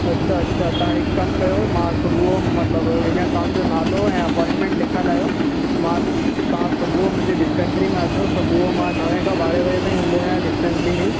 अछा अछा तव्हां हिकु कमु कयो मां सुबुह मतिलबु हींअर तव्हांजो नालो ऐं अपॉइंटमेंट लिखाए लाहियो मां तव्हां सुबुह मुंहिंजी डिस्पेंसरी में अचो सुबुह जो मां नवें खां ॿारहें बजे ताईं हूंदो आहियां डिस्पेंसरी में ई